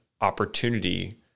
opportunity